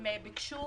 הם ביקשו